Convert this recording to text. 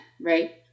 right